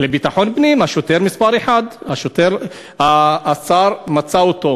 לביטחון פנים, השוטר מספר אחת, השר מצא אותו